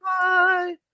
Bye